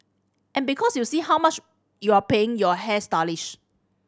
and because you see how much you're paying your